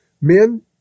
Men